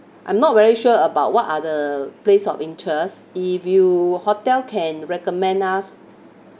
I'm not very sure about what are the place of interest sea view hotel can recommend us